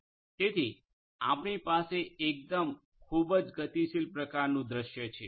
તેથી આપણી પાસે એકદમ ખૂબ જ ગતિશીલ પ્રકારનું દૃશ્ય છે